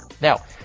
Now